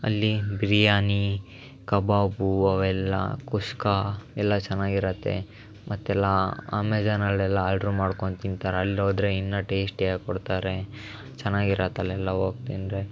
ಅಲ್ಲಿ ಬಿರಿಯಾನಿ ಕಬಾಬು ಅವೆಲ್ಲ ಕುಷ್ಕಾ ಎಲ್ಲ ಚೆನ್ನಾಗಿರತ್ತೆ ಮತ್ತೆಲ್ಲ ಅಮೆಝಾನಲ್ಲೆಲ್ಲ ಆರ್ಡ್ರು ಮಾಡ್ಕೊಂಡು ತಿಂತಾರೆ ಅಲ್ಲಿ ಹೋದರೆ ಇನ್ನೂ ಟೇಸ್ಟಿ ಆಗಿ ಕೊಡ್ತಾರೆ ಚೆನ್ನಾಗಿರತ್ತೆ ಅಲ್ಲೆಲ್ಲ ಹೋಗಿ ತಿಂದರೆ